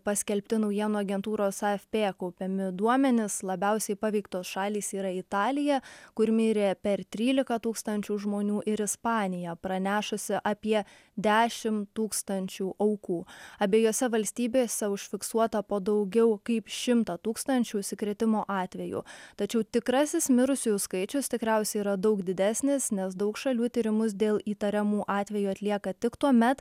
paskelbti naujienų agentūros afp kaupiami duomenys labiausiai paveiktos šalys yra italija kur mirė per trylika tūkstančių žmonių ir ispanija pranešusi apie dešimt tūkstančių aukų abiejose valstybėse užfiksuota po daugiau kaip šimtą tūkstančių užsikrėtimo atvejų tačiau tikrasis mirusiųjų skaičius tikriausiai yra daug didesnis nes daug šalių tyrimus dėl įtariamų atvejų atlieka tik tuomet